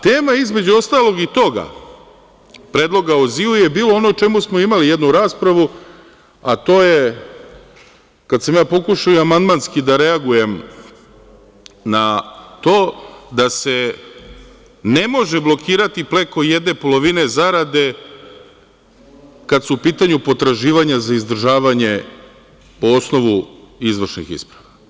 Tema, između ostalog, i toga predloga o azilu je bila ono o čemu smo imali jednu raspravu, a to je, kad sam pokušao amandmanski da reagujem na to, da se ne može blokirati preko jedne polovine zarade kad su u pitanju potraživanja za izdržavanje po osnovu izvršnih isprava.